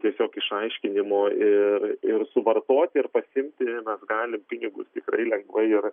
tiesiog išaiškinimo ir ir suvartoti ir pasiimti mes galim pinigus tikrai lengvai ir